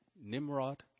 Nimrod